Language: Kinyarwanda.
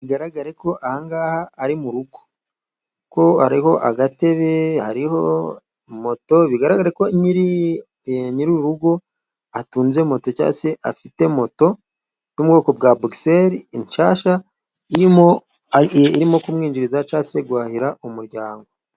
Bigaragare ko aha ngaha ari mu rugo. Kuko hariho agatebe, hariho moto bigaragara ko nyiri uru rugo atunze moto, cyangwa se afite moto yo mu bwoko bwa Bogisele nshyashya, irimo kumwinjiriza cyangwa se guhahira umuryango.